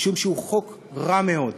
משום שהוא חוק רע מאוד,